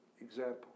example